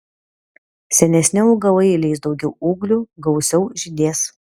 senesni augalai leis daugiau ūglių gausiau žydės